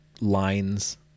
lines